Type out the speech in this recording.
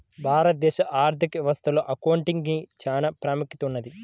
భారతదేశ ఆర్ధిక వ్యవస్థలో అకౌంటింగ్ కి చానా ప్రాముఖ్యత ఉన్నది